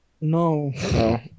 No